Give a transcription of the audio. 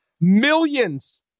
millions